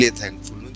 thankful